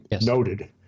noted